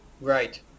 right